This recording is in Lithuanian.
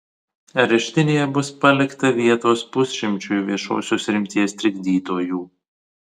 areštinėje bus palikta vietos pusšimčiui viešosios rimties trikdytojų